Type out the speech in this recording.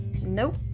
nope